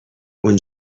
اون